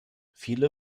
viele